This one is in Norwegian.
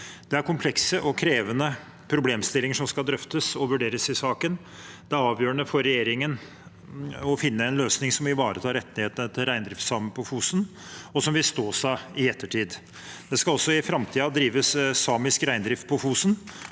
Det er komplekse og krevende problemstillinger som skal drøftes og vurderes i saken. Det er avgjørende for regjeringen å finne en løsning som ivaretar rettighetene til reindriftssamene på Fosen, og som vil stå seg i ettertid. Det skal også i framtiden drives samisk reindrift på Fosen.